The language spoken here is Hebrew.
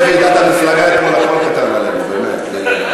אחרי ועידת המפלגה אתמול הכול קטן עלינו, באמת.